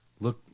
look